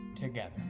together